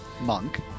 Monk